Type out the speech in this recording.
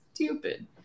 stupid